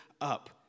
up